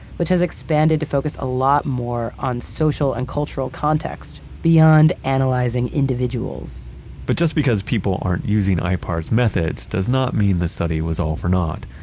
which has expanded to focus a lot more on social and cultural context, beyond analyzing individuals but just because people aren't using ah ipar's methods does not mean the study was all for naught.